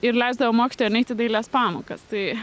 ir leisdavo mokytoja neit į dailės pamokas tai